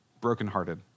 brokenhearted